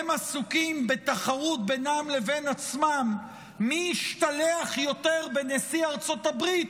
הם עסוקים בתחרות בינם לבין עצמם מי ישתלח יותר בנשיא ארצות הברית,